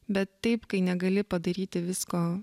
bet taip kai negali padaryti visko